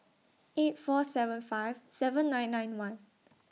eight four seven five seven nine nine one